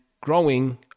growing